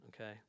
Okay